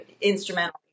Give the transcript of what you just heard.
instrumental